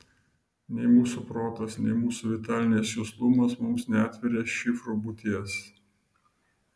nei mūsų protas nei mūsų vitalinis juslumas mums neatveria šifrų būties